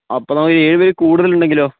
അപ്പോൾ നമുക്ക് ഏഴ് പേരിൽ കൂടുതൽ ഉണ്ടെങ്കിലോ